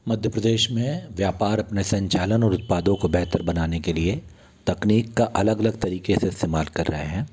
मध्य प्रदेश में व्यापार अपने संचालन और उत्पादों को बेहतर बनाने के लिए तकनीक का अलग अलग तरीक़े से इस्तेमाल कर रहे हैं